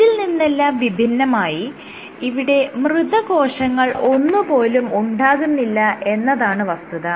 ഇതിൽ നിന്നെല്ലാം വിഭിന്നമായി ഇവിടെ മൃതകോശങ്ങൾ ഒന്ന് പോലും ഉണ്ടാകുന്നില്ല എന്നതാണ് വസ്തുത